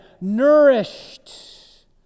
nourished